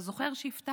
אתה זוכר שהבטחת?